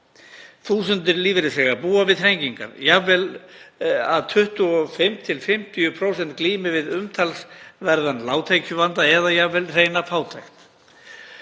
Þúsundir lífeyrisþega búa við þrengingar, jafnvel að 25–50% glími við umtalsverðan lágtekjuvanda eða hreina fátækt.